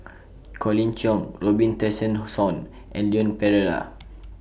Colin Cheong Robin Tessensohn and Leon Perera